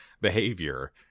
behavior